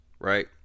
right